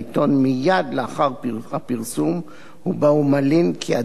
הפרסום ובו הוא מלין כי הדברים עוותו.